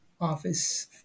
office